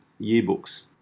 yearbooks